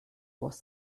was